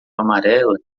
amarela